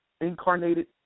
incarnated